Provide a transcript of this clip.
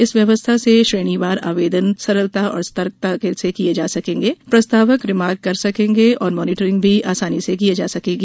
इस व्यवस्था से श्रेणीवार आवेदन सरलता और सतर्कता से किये जा सकेंगे प्रस्तावक रिमार्क कर सकेंगे और मॉनिटरिंग भी आसानी से की जा सकेगी